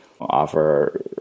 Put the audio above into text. offer